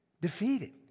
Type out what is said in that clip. Defeated